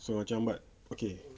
so macam bud okay